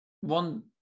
one